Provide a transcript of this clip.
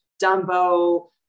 Dumbo